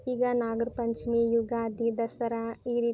ಈಗ ನಾಗರ ಪಂಚಮಿ ಯುಗಾದಿ ದಸರಾ ಈ ರೀತಿ